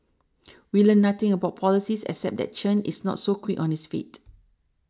we learnt nothing about policies except that Chen is not so quick on his feet